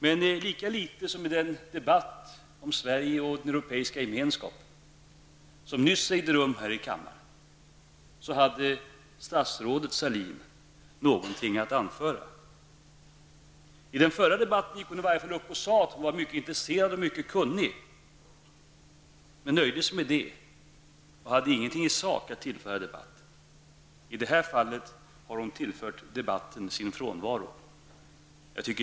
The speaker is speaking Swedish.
Men lika litet som i den debatt om Sverige och den europeiska gemenskapen som nyss ägde rum här i kammaren hade statsrådet Sahlin någonting att anföra. I den förra debatten gick hon i alla fall upp och sade att hon var mycket intresserad och mycket kunnig. Men hon nöjde sig med det och hade ingenting i sak att tillföra debatten. I detta fall har hon tillfört debatten sin frånvaro.